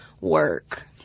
work